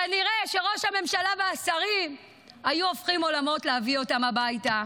כנראה שראש הממשלה והשרים היו הופכים עולמות להביא אותם הביתה.